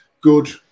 Good